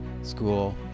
school